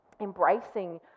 embracing